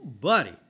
Buddy